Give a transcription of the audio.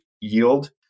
yield